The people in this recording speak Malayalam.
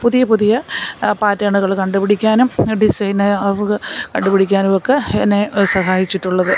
പുതിയ പുതിയ പാറ്റേണുകൾ കണ്ടുപിടിക്കാനും അത് ഡിസൈന് കണ്ടുപിടിക്കാനുമൊക്കെ എന്നെ സഹായിച്ചിട്ടുള്ളത്